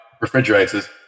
refrigerators